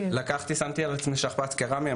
שמתי על עצמי שכפ"ץ קרמי,